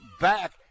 back